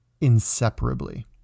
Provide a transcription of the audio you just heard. inseparably